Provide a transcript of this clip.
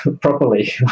properly